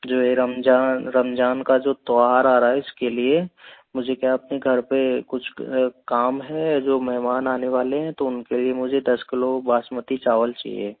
जो ये रमजान रमजान का जो त्यौहार आ रहा है इसके लिए मुझे क्या अपने घर पर कुछ काम है जो मेहमान आने वाले हैं तो उनके लिए मुझे दस किलो बासमती चावल चाहिए